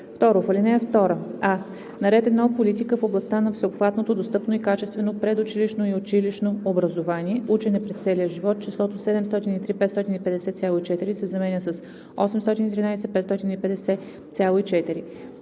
В ал. 2: а) на ред 1. Политика в областта на всеобхватното, достъпно и качествено предучилищно и училищно образование. Учене през целия живот числото „703 550,4“ се заменя с „813 550,4“.